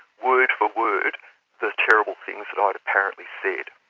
word for word the terrible things that i had apparently said.